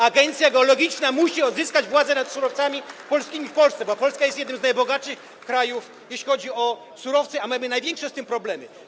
Agencja geologiczna musi odzyskać władzę nad surowcami polskimi w Polsce, bo Polska jest jednym z najbogatszych krajów, jeśli chodzi o surowce, a mamy z tym największe problemy.